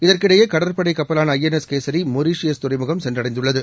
இதற்கிடையே கடற்படை கப்பலான ஐ என் எஸ் கேசி மொரீஷியஸ் துறைமுகம் சென்றடைந்துள்ளது